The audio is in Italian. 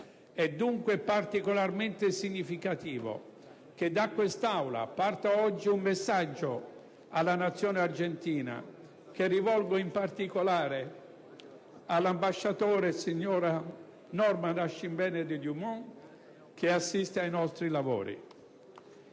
È dunque particolarmente significativo che da quest'Aula parta oggi un messaggio alla Nazione argentina che rivolgo in particolare all'ambasciatore, signora Norma Nascimbene de Dumont, che assiste ai nostri lavori.